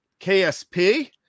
KSP